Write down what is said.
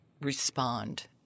respond